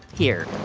here.